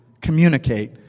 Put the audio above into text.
communicate